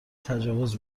تجاوز